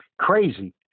Crazy